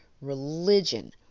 religion